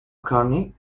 mccartney